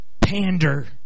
pander